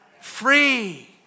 free